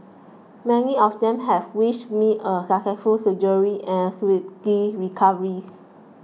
many of them have wished me a successful surgery and a recovery